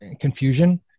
confusion